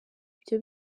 ibyo